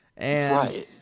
Right